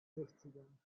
sechzigern